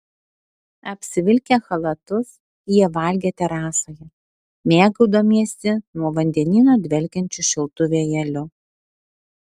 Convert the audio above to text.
apsivilkę chalatus jie valgė terasoje mėgaudamiesi nuo vandenyno dvelkiančiu šiltu vėjeliu